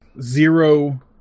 zero